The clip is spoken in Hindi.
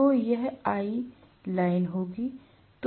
तो यह I लाइन होगी